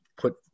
put